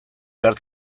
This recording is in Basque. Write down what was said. behar